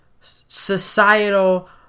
societal